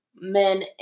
men